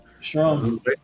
strong